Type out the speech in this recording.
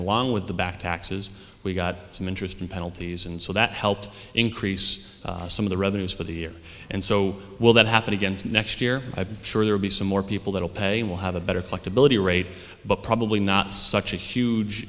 along with the back taxes we got some interest in penalties and so that helped increase some of the rather is for the year and so will that happen against next year i'm sure there'll be some more people that will pay will have a better flexibility rate but probably not such a huge